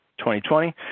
2020